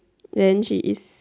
then she is